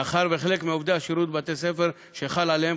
מאחר שחלק מעובדי השירות בבתי-הספר שחל עליהם